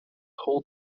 hold